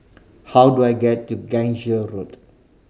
how do I get to Gangsa Road